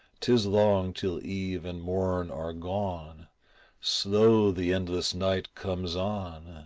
tis long till eve and morn are gone slow the endless night comes on,